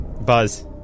Buzz